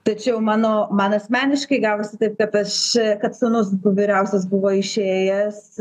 tačiau mano man asmeniškai gavosi taip kad aš kad sūnus vyriausias buvo išėjęs